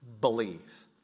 Believe